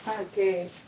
Okay